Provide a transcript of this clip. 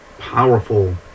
powerful